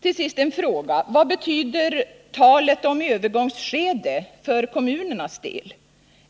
Till sist en fråga: Vad betyder talet om övergångsskede för kommunernas del?